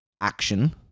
action